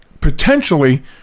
potentially